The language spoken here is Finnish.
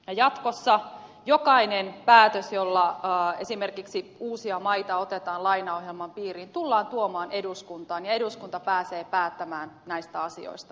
ja jatkossa jokainen päätös jolla esimerkiksi uusia maita otetaan lainaohjelman piiriin tullaan tuomaan eduskuntaan ja eduskunta pääsee päättämään näistä asioista